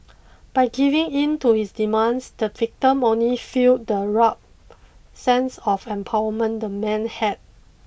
by giving in to his demands the victim only fuelled the warped sense of empowerment the man had